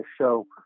show